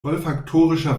olfaktorischer